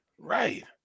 Right